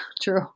true